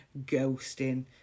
ghosting